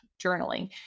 journaling